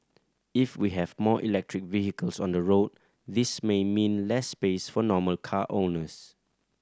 if we have more electric vehicles on the road this may mean less space for normal car owners